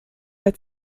der